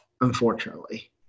Unfortunately